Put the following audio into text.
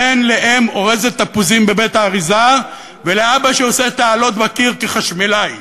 בן לאם אורזת תפוזים בבית-אריזה ולאבא שעושה תעלות בקיר כחשמלאי.